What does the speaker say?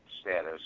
status